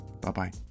Bye-bye